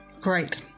Great